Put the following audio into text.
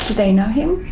they know him,